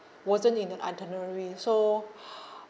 wasn't in the itinerary so